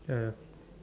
uh